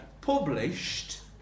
published